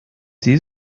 sie